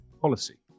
policy